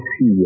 see